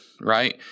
right